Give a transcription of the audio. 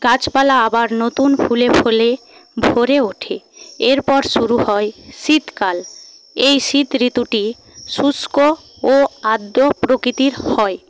গাছপালা আবার নতুন ফুলে ফলে ভরে ওঠে এরপর শুরু হয় শীতকাল এই শীত ঋতুটি শুষ্ক ও আর্দ্র প্রকৃতির হয়